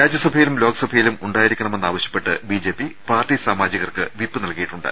രാജ്യസഭയിലും ലോക്സഭയിലും ഉണ്ടായി രിക്കണമെന്നാവശ്യപ്പെട്ട് ബി ജെ പി പാർട്ടി സാമാജികർക്ക് വിപ്പ് നൽകി യിട്ടുണ്ട്